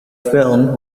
film